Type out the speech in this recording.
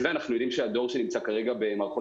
אנחנו יודעים שהדור שנמצא כרגע במערכות